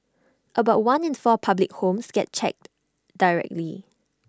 about one in four public homes gets checked directly